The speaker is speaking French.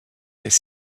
des